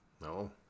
No